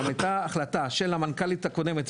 גם הייתה החלטה של המנכ"לית הקודמת,